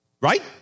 Right